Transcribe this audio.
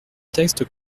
texte